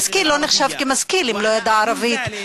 המשכיל לא נחשב משכיל אם לא ידע ערבית.